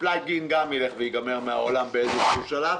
הפלאג-אין גם ייעלם מן העולם באיזשהו שלב.